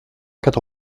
quatre